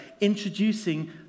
introducing